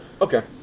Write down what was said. Okay